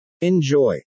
Enjoy